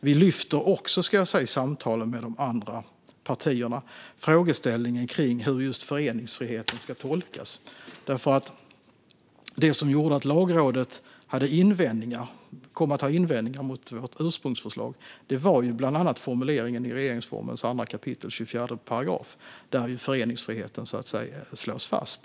Vi lyfter också i samtalen med de andra partierna just frågeställningen om hur föreningsfriheten ska tolkas. Det som gjorde att Lagrådet kom att ha invändningar mot vårt ursprungsförslag var bland annat formuleringen i regeringsformen 2 kap. 24 §, där föreningsfriheten slås fast.